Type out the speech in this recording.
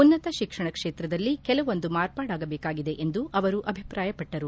ಉನ್ನತ ಶಿಕ್ಷಣ ಕ್ಷೇತ್ರದಲ್ಲಿ ಕೆಲವೊಂದು ಮಾರ್ಪಾಡಾಗಬೇಕಾಗಿದೆ ಎಂದು ಅವರು ಅಭಿಪ್ರಾಯಪಟ್ಟರು